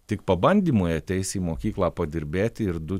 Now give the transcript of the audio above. tik pabandymui ateis į mokyklą padirbėti ir du